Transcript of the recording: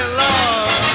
love